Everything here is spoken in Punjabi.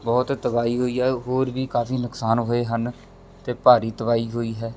ਬਹੁਤ ਤਬਾਹੀ ਹੋਈ ਆ ਹੋਰ ਵੀ ਕਾਫੀ ਨੁਕਸਾਨ ਹੋਏ ਹਨ ਅਤੇ ਭਾਰੀ ਤਬਾਹੀ ਹੋਈ ਹੈ